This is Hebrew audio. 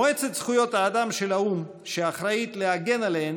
מועצת זכויות האדם של האו"ם, שאחראית להגן עליהן